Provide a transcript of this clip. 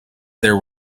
there